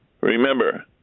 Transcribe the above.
remember